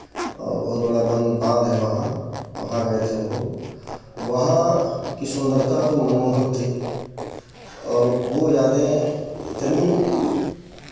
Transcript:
आ बहुत बड़ा बाँध है वहाँ वहाँ गए थे हम लोग वहाँ की सुंदरता तो मनमोहक थी और वो यादें इतनी